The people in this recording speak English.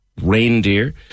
Reindeer